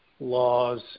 laws